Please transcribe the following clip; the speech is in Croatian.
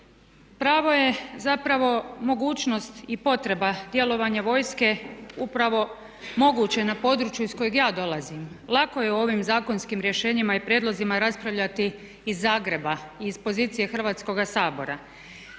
Pravo je zapravo mogućnost i potreba djelovanja vojske upravo moguće na području iz kojeg ja dolazim. Lako je o ovim zakonskim rješenjima i prijedlozima raspravljati iz Zagreba i iz pozicije Hrvatskoga sabora.